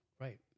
right